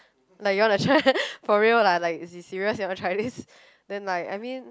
like you wanna try for real lah like is this serious you wanna try this then like I mean